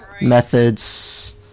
methods